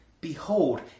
Behold